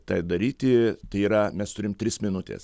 tą daryti tai yra mes turim tris minutes